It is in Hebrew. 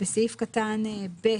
בסעיף קטן (ב),